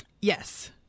Yes